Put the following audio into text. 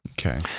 okay